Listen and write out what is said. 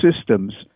systems